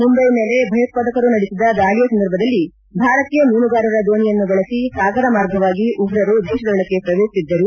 ಮುಂಬೈ ಮೇಲೆ ಭಯೋತ್ಪಾದಕರು ನಡೆಸಿದ ದಾಳಿಯ ಸಂದರ್ಭದಲ್ಲಿ ಭಾರತೀಯ ಮೀನುಗಾರರ ದೋಣೆಯನ್ನು ಬಳಸಿ ಸಾಗರ ಮಾರ್ಗವಾಗಿ ಉಗ್ರರು ದೇಶದೊಳಕ್ಕೆ ಪ್ರವೇಶಿಸಿದ್ದರು